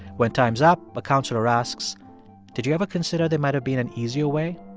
when time's up, a counselor asks did you ever consider there might have been an easier way?